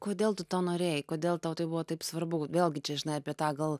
kodėl tu to norėjai kodėl tau tai buvo taip svarbu vėlgi čia žinai apie tą gal